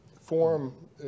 forum